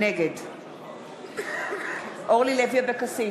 נגד אורלי לוי אבקסיס,